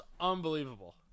unbelievable